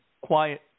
quiet